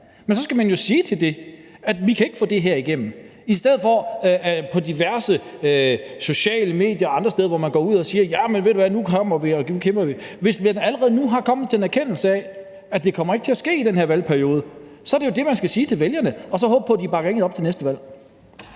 Men så skal man jo sige til dem, at vi ikke kan få det her igennem, i stedet for at man på diverse sociale medier og andre steder går ud og siger: Jamen ved I hvad? Nu kommer vi, og nu kæmper vi. Hvis man allerede nu er kommet til en erkendelse af, at det ikke kommer til at ske i den her valgperiode, så er det jo det, man skal sige til vælgerne, og så håbe på, at de bakker en op til næste valg.